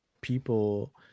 people